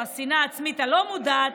או השנאה העצמית הלא-מודעת,